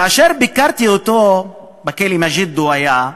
כאשר ביקרתי אותו בכלא מגידו שבו הוא היה,